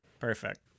Perfect